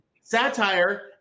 Satire